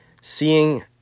Seeing